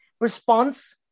response